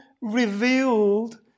revealed